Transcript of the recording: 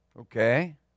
Okay